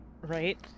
Right